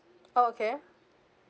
oh okay